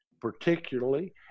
particularly